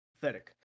Pathetic